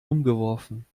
umgeworfen